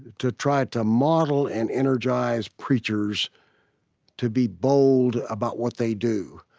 to try to model and energize preachers to be bold about what they do.